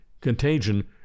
contagion